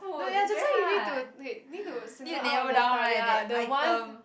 no ya that's why you need to wait you need to single out the stuff ya the ones